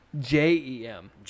J-E-M